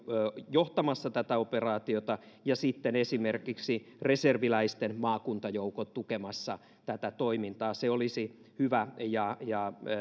johtamassa tätä operaatiota ja sitten esimerkiksi reserviläisten maakuntajoukot tukemassa tätä toimintaa se olisi hyvä ja ja